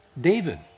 David